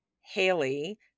Haley